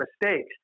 mistakes